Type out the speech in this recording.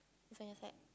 it's an effect